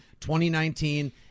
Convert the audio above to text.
2019